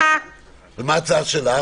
ומה ההצעה שלך?